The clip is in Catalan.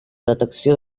detecció